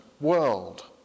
world